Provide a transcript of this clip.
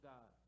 God